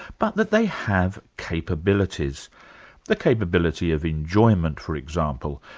but that they have capabilities the capability of enjoyment, for example,